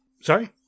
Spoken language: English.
Sorry